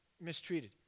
mistreated